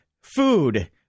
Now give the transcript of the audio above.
Food